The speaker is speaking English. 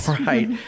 right